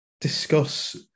discuss